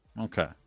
Okay